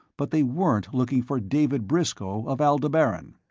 but they weren't looking for david briscoe of aldebaran.